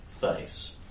face